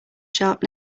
sharp